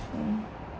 mm